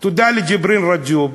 תודה לג'יבריל רג'וב.